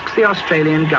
the australian yeah